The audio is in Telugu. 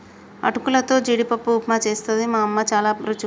అటుకులతో జీడిపప్పు ఉప్మా చేస్తది అమ్మ చాల రుచిగుంటది